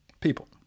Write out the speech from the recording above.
people